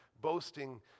boasting